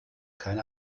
keine